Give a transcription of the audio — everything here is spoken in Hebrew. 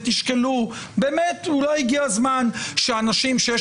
ותשקלו שבאמת אולי הגיע הזמן שאנשים שיש